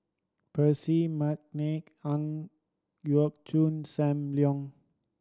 Percy McNeice Ang Yau Choon Sam Leong